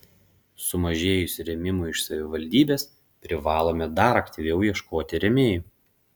sumažėjus rėmimui iš savivaldybės privalome dar aktyviau ieškoti rėmėjų